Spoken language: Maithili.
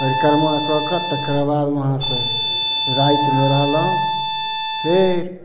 परिक्रमा कऽ कऽ तकर बाद उहाँ से रातिमे रहलहुॅं फेर